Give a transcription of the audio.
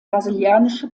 brasilianische